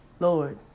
Lord